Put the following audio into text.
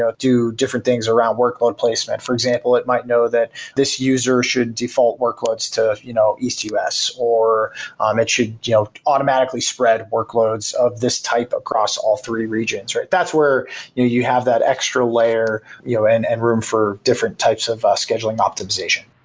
do different things around workload placement. for example it might know that this user should default workloads to you know east us or um it should automatically spread workloads of this type across all three regions, right? that's where you you have that extra layer you know and and room for different types of ah scheduling optimization.